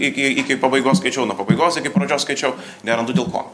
iki iki pabaigos skaičiau nuo pabaigos iki pradžios skaičiau nerandu dėl ko